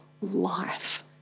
life